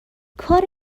کار